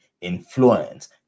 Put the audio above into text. influence